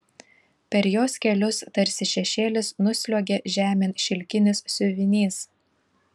per jos kelius tarsi šešėlis nusliuogia žemėn šilkinis siuvinys